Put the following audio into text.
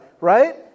right